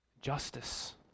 justice